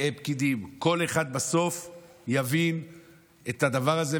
פקידים, כל אחד בסוף יבין את הדבר הזה.